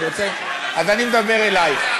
אז אני מדבר אלייך.